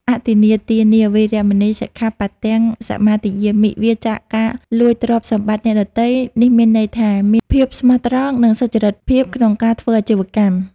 អទិន្នាទានា វេរមណី សិក្ខាបទំ សមាទិយាមិ វៀរចាកការលួចទ្រព្យសម្បត្តិអ្នកដទៃ នេះមានន័យថា ភាពស្មោះត្រង់ និងសុចរិតភាពក្នុងការធ្វើអាជីវកម្ម។